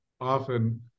often